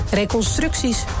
reconstructies